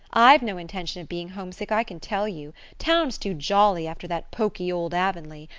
i've no intention of being homesick, i can tell you. town's too jolly after that poky old avonlea.